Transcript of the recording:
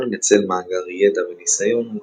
במטרה לנצל מאגר ידע וניסיון,